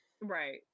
right